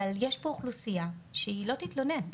אבל יש פה אוכלוסייה שהיא לא תתלונן,